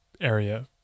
area